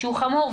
הוא חמור,